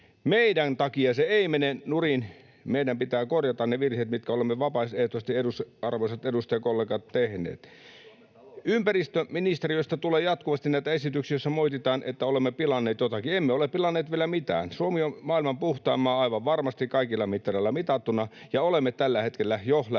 Meidän takiamme se ei mene nurin, ja meidän pitää korjata ne virheet, mitkä olemme vapaaehtoisesti, arvoisat edustajakollegat, tehneet. Ympäristöministeriöstä tulee jatkuvasti näitä esityksiä, joissa moititaan, että olemme pilanneet jotakin. Emme ole pilanneet vielä mitään. Suomi on maailman puhtain maa aivan varmasti kaikilla mittareilla mitattuna, ja olemme tällä hetkellä jo lähes